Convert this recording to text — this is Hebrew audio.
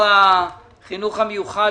הלוואות זה כסף קבוע.